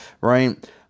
Right